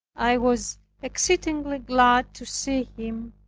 i was exceedingly glad to see him,